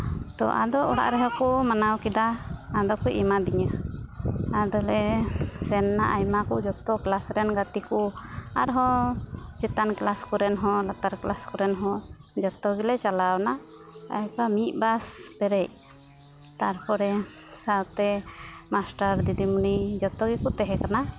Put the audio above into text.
ᱛᱚ ᱟᱫᱚ ᱚᱲᱟᱜ ᱨᱮᱦᱚᱸ ᱠᱚ ᱢᱟᱱᱟᱣ ᱠᱮᱫᱟ ᱟᱫᱚ ᱠᱚ ᱮᱢᱟᱫᱤᱧᱟᱹ ᱟᱫᱚ ᱞᱮ ᱥᱮᱱ ᱱᱟ ᱟᱭᱢᱟ ᱠᱚ ᱡᱚᱛᱚ ᱠᱞᱟᱥ ᱨᱮᱱ ᱜᱟᱛᱮ ᱠᱚ ᱟᱨᱦᱚᱸ ᱪᱮᱛᱟᱱ ᱠᱞᱟᱥ ᱠᱚᱨᱮᱱ ᱦᱚᱸ ᱞᱟᱛᱟᱨ ᱠᱞᱟᱥ ᱠᱚᱨᱮᱱ ᱦᱚᱸ ᱡᱚᱛᱚ ᱜᱮᱞᱮ ᱪᱟᱞᱟᱣ ᱱᱟ ᱮᱠᱫᱚᱢ ᱢᱤᱫ ᱵᱟᱥ ᱯᱮᱨᱮᱡ ᱛᱟᱨᱯᱚᱨᱮ ᱥᱟᱶᱛᱮ ᱢᱟᱥᱴᱟᱨ ᱫᱤᱫᱤᱢᱩᱱᱤ ᱡᱚᱛᱚ ᱜᱮᱠᱚ ᱛᱟᱦᱮᱸᱠᱟᱱᱟ